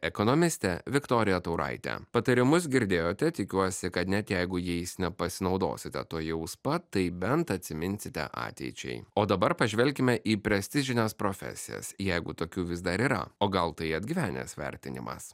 ekonomistė viktorija tauraitė patarimus girdėjote tikiuosi kad net jeigu jais nepasinaudosite tuojaus pat tai bent atsiminsite ateičiai o dabar pažvelkime į prestižines profesijas jeigu tokių vis dar yra o gal tai atgyvenęs vertinimas